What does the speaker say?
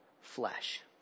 flesh